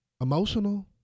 emotional